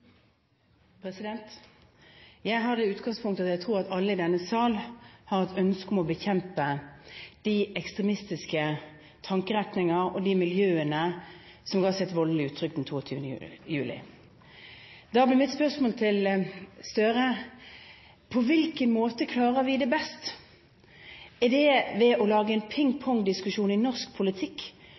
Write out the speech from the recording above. Jeg har det utgangspunktet at jeg tror alle i denne sal har et ønske om å bekjempe de ekstremistiske tankeretningene og de miljøene som ga seg et voldelig uttrykk den 22. juli. Da blir mitt spørsmål til Gahr Støre: På hvilken måte klarer vi det best? Er det ved å lage en pingpongdiskusjon i norsk politikk